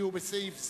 הפריעו בסעיף זה.